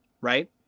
right